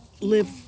live